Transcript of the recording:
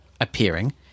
appearing